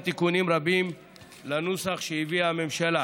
תיקונים רבים לנוסח שהביאה הממשלה.